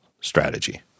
strategy